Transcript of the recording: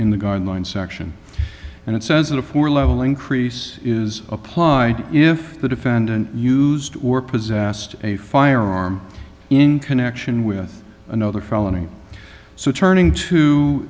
in the garden one section and it says that a four leveling crease is applied if the defendant used or possessed a firearm in connection with another felony so turning to